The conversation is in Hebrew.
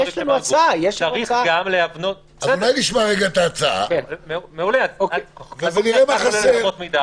צריך גם להבנות- -- נשמע את ההצעה ונראה מה חסר.